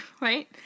right